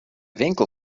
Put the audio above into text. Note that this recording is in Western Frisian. winkel